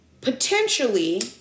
potentially